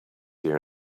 here